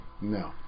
No